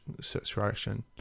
situation